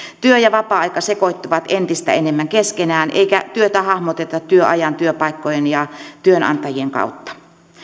työ ja vapaa aika sekoittuvat entistä enemmän keskenään eikä työtä hahmoteta työajan työpaikkojen ja työnantajien kautta